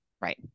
right